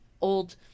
old